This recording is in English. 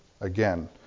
again